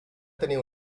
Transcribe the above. teniu